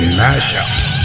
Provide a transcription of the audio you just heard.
mashups